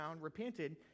repented